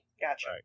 Gotcha